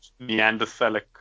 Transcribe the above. Neanderthalic